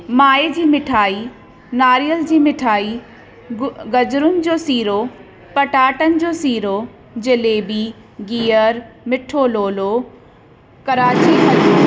माए जी मिठाई नारियल जी मिठाई ग गजरुनि जो सीरो पटाटनि जो सीरो जलेबी गीहर मिठो लोलो कराची हलवो